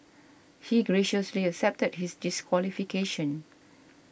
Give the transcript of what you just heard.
he graciously accepted his disqualification